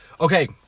okay